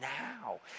now